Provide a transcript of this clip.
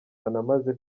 banamaze